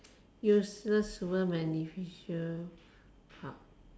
useless beneficial pow~